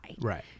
right